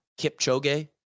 Kipchoge